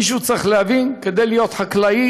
מישהו צריך להבין: כדי להיות חקלאי,